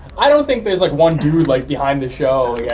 i don't think there's like one dude like behind the show. yeah